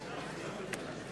5),